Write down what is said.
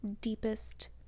deepest